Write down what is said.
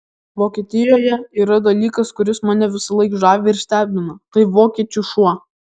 vokietijoje yra dalykas kuris mane visąlaik žavi ir stebina tai vokiečių šuo